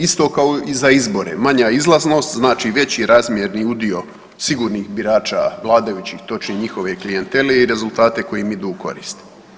Isto kao i za izbore, manja izlaznost znači veći razmjerni udio sigurnih birača vladajućih točnije njihove klijentele i rezultate koji im idu u korist.